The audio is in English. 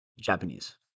Japanese